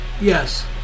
Yes